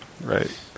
right